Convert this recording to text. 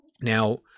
Now